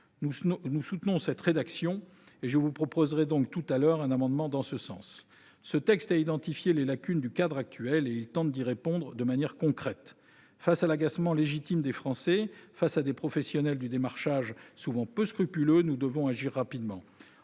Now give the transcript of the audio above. Nous soutenons cette rédaction, et je vous proposerai donc un amendement tendant à la rétablir. Ce texte a identifié les lacunes du cadre actuel, et il tente d'y répondre de manière concrète. Face à l'agacement légitime des Français, face à des professionnels du démarchage souvent peu scrupuleux, nous devons agir rapidement.